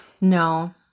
No